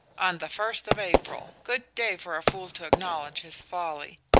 on the first of april good day for a fool to acknowledge his folly.